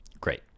great